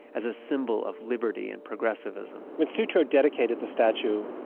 as a symbol of liberty and progressivism when sutro dedicated the statue,